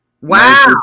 Wow